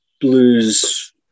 blues